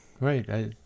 Right